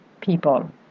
people